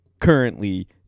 currently